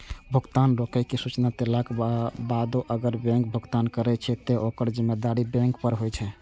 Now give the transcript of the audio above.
भुगतान रोकै के सूचना देलाक बादो अगर बैंक भुगतान करै छै, ते ओकर जिम्मेदारी बैंक पर होइ छै